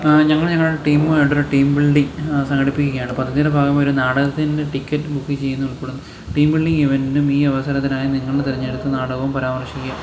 ഞങ്ങൾ ഞങ്ങളുടെ ടീമുമായിട്ടൊരു ടീം ബിൽഡിംഗ് സംഘടിപ്പിക്കുകയാണ് പദ്ധതിയുടെ ഭാഗമായൊരു നാടകത്തിൻ്റെ ടിക്കറ്റ് ബുക്ക് ചെയ്യുന്ന ഉൾപ്പെടെ ടീം വെള്ളി ഈവൻ്റിനും ഈ അവസരത്തിനായി നിങ്ങൾ തിരഞ്ഞെടുത്ത നാടകവും പരാമർശിക്കാ